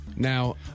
Now